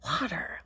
water